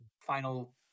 final